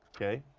okay.